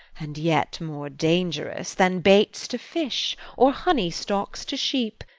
and yet more dangerous, than baits to fish or honey-stalks to sheep,